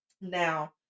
Now